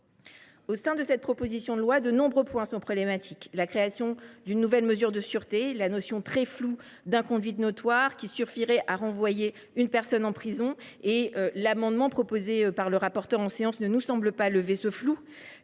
Au sein de cette proposition de loi, de nombreux points sont problématiques : la création d’une nouvelle mesure de sûreté, la notion très floue d’« inconduite notoire », qui suffirait à renvoyer une personne en prison – l’amendement qui nous est soumis par le rapporteur ne nous semble pas de nature